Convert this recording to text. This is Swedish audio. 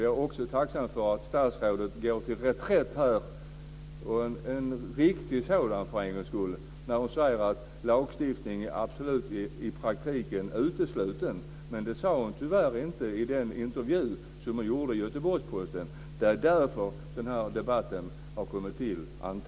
Jag är tacksam för att statsrådet går till riktig reträtt när hon säger att lagstiftning i praktiken är utesluten. Det sade hon tyvärr inte i den intervju hon gjorde i Göteborgsposten. Jag antar att det är därför den här debatten har uppstått.